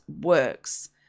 works